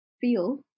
feel